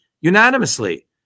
unanimously